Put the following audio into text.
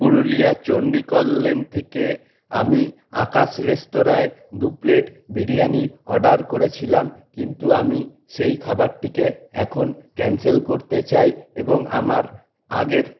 পুরুলিয়ার চণ্ডীকল লেন থেকে আমি আকাশ রেস্তোরায় দু প্লেট বিরিয়ানি অর্ডার করেছিলাম কিন্তু আমি সেই খাবারটিকে এখন ক্যান্সেল করতে চাই এবং আমার আগের